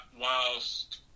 whilst